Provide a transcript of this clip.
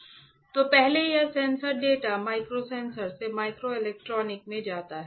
तो पहले यह सेंसर डेटा माइक्रोसेंसर से माइक्रोइलेक्ट्रॉनिक में जाता है